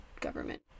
government